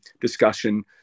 discussion